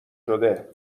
شده